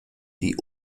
die